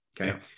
okay